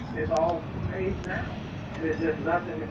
it's all paint now, and there's just nothing